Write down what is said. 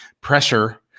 pressure